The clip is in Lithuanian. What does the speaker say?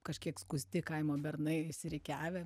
kažkiek skusti kaimo bernai išsirikiavę